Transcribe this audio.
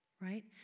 Right